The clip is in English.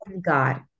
God